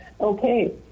okay